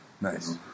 Nice